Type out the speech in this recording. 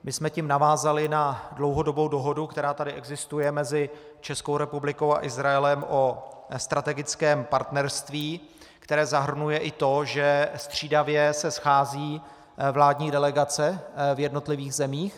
My jsme tím navázali na dlouhodobou dohodu, která tady existuje mezi Českou republikou a Izraelem o strategickém partnerství, které zahrnuje i to, že střídavě se scházejí vládní delegace v jednotlivých zemích.